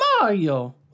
Mario